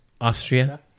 Austria